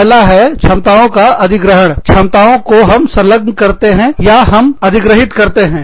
पहला है क्षमताओं का अधिग्रहण क्षमताओं को हम संलग्न करते हैं या हम अधिग्रहित करते हैं